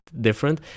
different